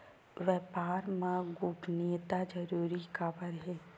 व्यापार मा गोपनीयता जरूरी काबर हे?